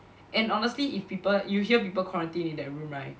and honestly if people you hear people quarantine in that room right